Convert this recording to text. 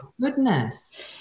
goodness